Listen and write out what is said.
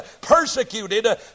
persecuted